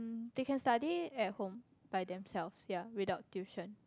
they can study at home by themselves ya without tuition